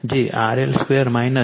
જે RL 2 j 2 XL 2 થશે